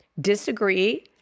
disagree